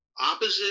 opposite